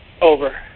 Over